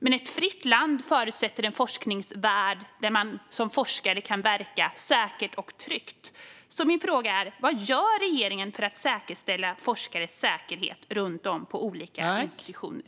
Men ett fritt land förutsätter en forskningsvärld där man som forskare kan verka säkert och tryggt. Vad gör regeringen för att säkerställa forskares säkerhet runt om på olika institutioner?